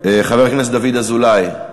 חבר הכנסת דוד אזולאי,